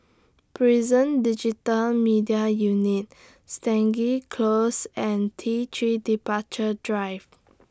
Prison Digital Media Unit Stangee Close and T three Departure Drive